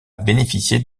bénéficier